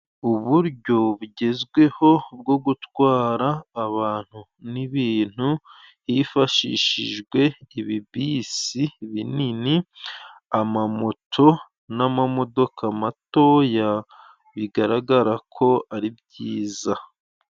Uburyo bugezweho bwo gutwara abantu n'ibintu hifashishijwe ibibisi binini, amamoto n'amamodoka matoya, bigaragara ko ari byiza.